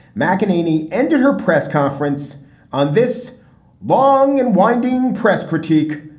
mceneaney entered her press conference on this long and winding press critique,